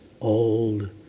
old